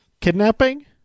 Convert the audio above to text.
Kidnapping